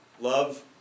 love